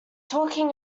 talking